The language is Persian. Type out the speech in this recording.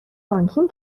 بانکیم